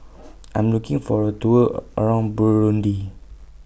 I Am looking For A Tour around Burundi